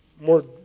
more